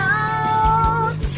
out